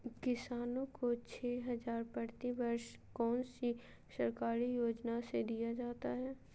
किसानों को छे हज़ार प्रति वर्ष कौन सी सरकारी योजना से दिया जाता है?